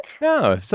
No